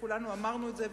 כולנו אמרנו את זה,